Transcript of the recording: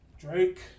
Drake